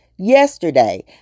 Yesterday